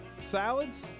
salads